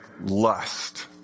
lust